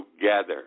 together